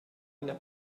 ina